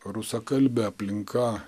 rusakalbė aplinka